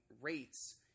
rates